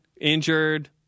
injured